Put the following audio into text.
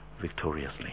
victoriously